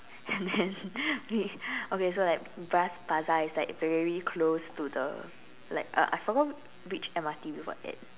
and then okay okay so like Bras-Basah is like very close to the like uh I forgot which M_R_T we were at